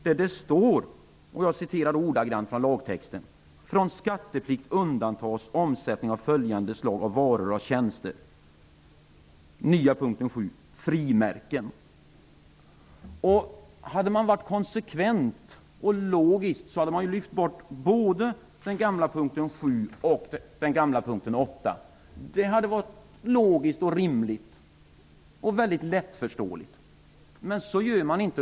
Där står det att omsättning av frimärken undantas från skatteplikt. Om man hade varit konsekvent och logisk hade man lyft bort både den gamla punkten 7 och den gamla punkten 8. Det hade varit logiskt och rimligt och väldigt lättförståeligt. Men så gör man inte.